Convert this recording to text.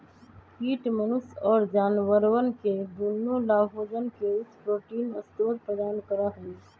कीट मनुष्य और जानवरवन के दुन्नो लाभोजन के उच्च प्रोटीन स्रोत प्रदान करा हई